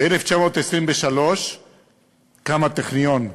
ב-1923 קם הטכניון,